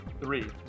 Three